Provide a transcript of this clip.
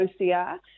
OCR